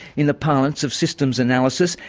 in the parlance of systems analysis,